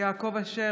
יעקב אשר,